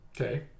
Okay